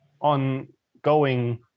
ongoing